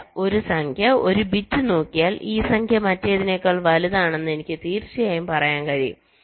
ഇല്ല ഒരു സംഖ്യ ഒരു ബിറ്റ് നോക്കിയാൽ ഈ സംഖ്യ മറ്റേതിനേക്കാൾ വലുതാണെന്ന് എനിക്ക് തീർച്ചയായും പറയാൻ കഴിയും